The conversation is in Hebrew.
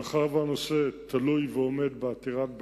מאחר שהנושא תלוי ועומד בעתירת בג"ץ,